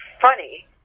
funny